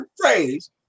phrase